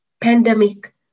Pandemic